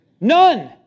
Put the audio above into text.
None